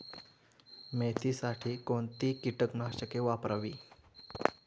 मेथीसाठी कोणती कीटकनाशके वापरावी?